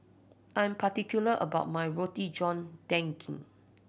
I'm particular about my Roti John Daging